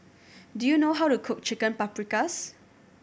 do you know how to cook Chicken Paprikas